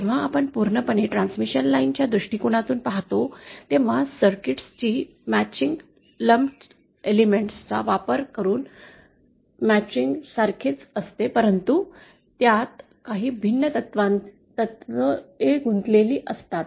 जेव्हा आपण पूर्णपणे ट्रांसमिशन लाईन च्या दृष्टिकोनातून पाहतो तेव्हा सर्किट्स ची जुळवाजुळव लंप्ड घटकां चा वापर करून जुळण्यासारखेच असते परंतु त्यात काही भिन्न तत्त्वे गुंतलेली असतात